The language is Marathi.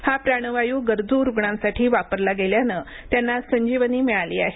हा प्राणवायू गरजू रुग्णांसाठी वापरला गेल्याने त्यांना संजीवनी मिळाली आहे